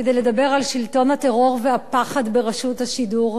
כדי לדבר על שלטון הטרור והפחד ברשות השידור.